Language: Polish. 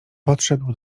podszedł